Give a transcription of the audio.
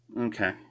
okay